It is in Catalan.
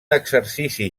exercici